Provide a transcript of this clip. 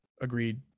agreed